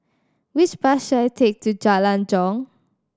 which bus should I take to Jalan Jong